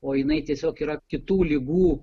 o jinai tiesiog yra kitų ligų